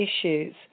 issues